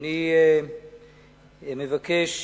אני מבקש